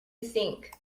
think